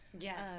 Yes